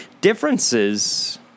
differences